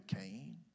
Cain